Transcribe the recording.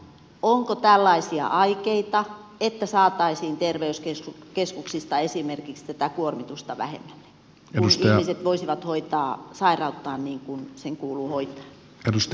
onko tällaisia aikeita että saataisiin esimerkiksi terveyskeskuksista tätä kuormitusta vähemmälle kun ihmiset voisivat hoitaa sairauttaan niin kuin sitä kuuluu hoitaa